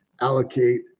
allocate